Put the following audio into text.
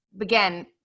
again